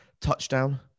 touchdown